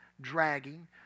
dragging